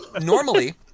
normally